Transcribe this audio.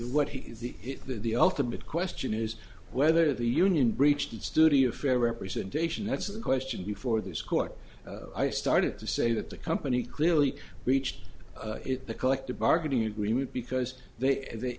he the ultimate question is whether the union breached the studio fair representation that's the question before this court i started to say that the company clearly breached the collective bargaining agreement because they they